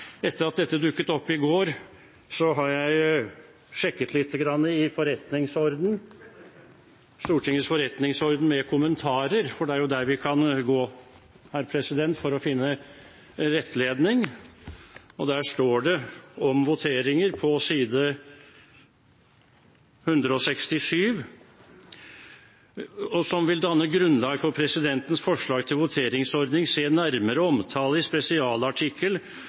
Etter at dette dukket opp i går, har jeg sjekket litt i Stortingets forretningsorden med kommentarer, for det er dit vi kan gå for å finne rettledning. Der står det om voteringer på side 158, at sedvane «vil danne grunnlaget for presidentens forslag til voteringsordning, se nærmere omtale i